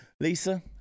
Lisa